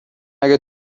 اگه